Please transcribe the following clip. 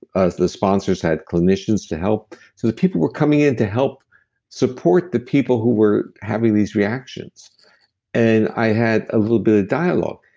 ah the sponsors had clinicians to help. the people were coming in to help support the people who were having these reactions and i had a little bit of dialogue.